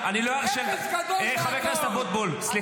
עם השקית שלך מסתובב.